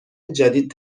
جدید